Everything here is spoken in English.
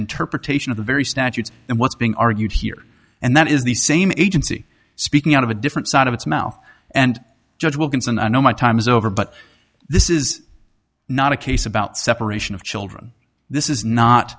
interpretation of the very statutes and what's being argued here and that is the same agency speaking out of a different side of its mouth and judge wilkinson i know my time is over but this is not a case about separation of children this is not